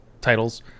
titles